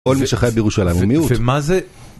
כל מי שחי בירושלים הוא מיעוט.